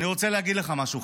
אני רוצה להגיד לך משהו,